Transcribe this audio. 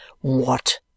What